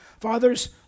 Fathers